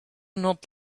not